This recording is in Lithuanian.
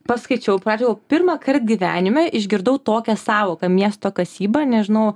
paskaičiau pradžioj galvoju pirmąkart gyvenime išgirdau tokią sąvoką miesto kasyba nežinau